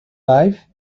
life